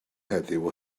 heddiw